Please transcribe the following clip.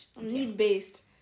need-based